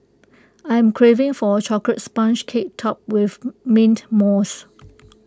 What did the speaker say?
I am craving for A Chocolate Sponge Cake Topped with Mint Mousse